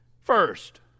first